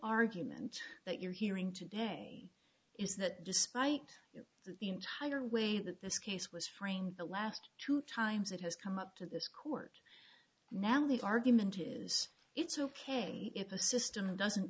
argument that you're hearing today is that despite the entire way that this case was framed the last two times it has come up to this court now the argument is it's ok if a system doesn't